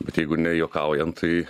bet jeigu nejuokaujant tai